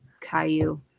Caillou